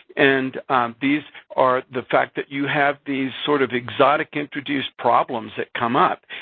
and these are the fact that you have these sort of exotic introduced problems that come up,